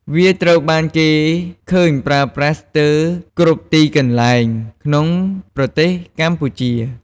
វាត្រូវបានគេឃើញប្រើប្រាស់ស្ទើរគ្រប់ទីកន្លែងក្នុងប្រទេសកម្ពុជា។